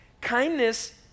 Kindness